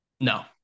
No